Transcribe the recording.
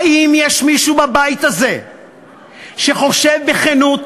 האם יש מישהו בבית הזה שחושב בכנות